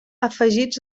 afegits